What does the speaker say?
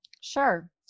Sure